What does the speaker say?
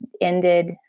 ended